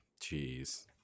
jeez